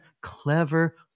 clever